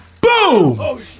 Boom